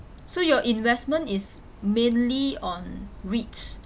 so your investment is mainly on REITs